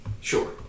Sure